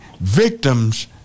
victims